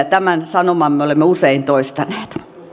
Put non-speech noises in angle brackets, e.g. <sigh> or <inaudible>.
<unintelligible> tämän sanoman me olemme usein toistaneet